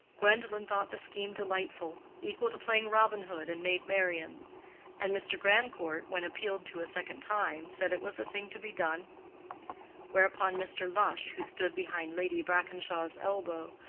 gwendolen thought the scheme delightful equal to playing robin hood and maid marian and mr. grandcourt, when appealed to a second time, said it was a thing to be done whereupon mr. lush, who stood behind lady brackenshaw's elbow,